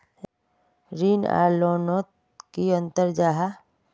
ऋण आर loan note की अंतर जाहा?